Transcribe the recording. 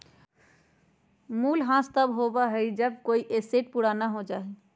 मूल्यह्रास तब होबा हई जब कोई एसेट पुराना हो जा हई